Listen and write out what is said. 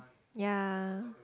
ya